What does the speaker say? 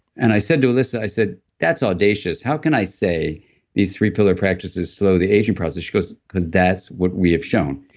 and i said to elissa, i said, that's audacious. how can i say these three pillar practices slow the aging process? she goes, because that's what we have shown.